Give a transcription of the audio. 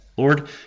Lord